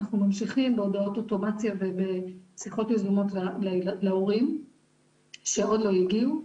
אנחנו ממשיכים בהודעות אוטומציה ובשיחות יזומות להורים שעוד לא הגיעו.